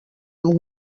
amb